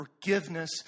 Forgiveness